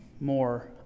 more